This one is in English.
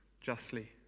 justly